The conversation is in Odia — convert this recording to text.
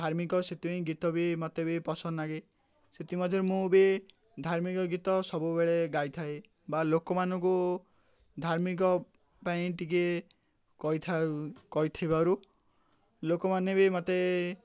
ଧାର୍ମିକ ସେଥିପାଇଁ ଗୀତ ବି ମୋତେ ବି ପସନ୍ଦ ଲାଗେ ସେଥିମଧ୍ୟରୁ ମୁଁ ବି ଧାର୍ମିକ ଗୀତ ସବୁବେଳେ ଗାଇଥାଏ ବା ଲୋକମାନଙ୍କୁ ଧାର୍ମିକ ପାଇଁ ଟିକେ କହିଥାଉ କହିଥିବାରୁ ଲୋକମାନେ ବି ମୋତେ